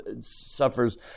suffers